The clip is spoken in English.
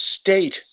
state